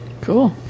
Cool